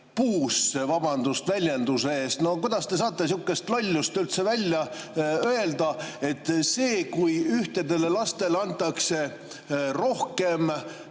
puusse, vabandust väljenduse eest. No kuidas te saate sihukest lollust üldse välja öelda, et see, kui ühtedele lastele antakse rohkem